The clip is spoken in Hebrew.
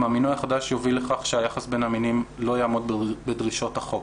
המינוי החדש יוביל לכך שהיחס בין המינים לא יעמוד בדרישות החוק.